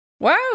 Wow